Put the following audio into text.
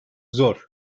zor